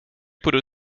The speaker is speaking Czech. budu